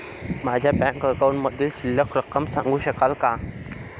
माझ्या बँक अकाउंटमधील शिल्लक रक्कम सांगू शकाल का?